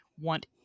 want